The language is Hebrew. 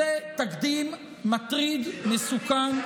זה תקדים מטריד, מסוכן.